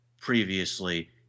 previously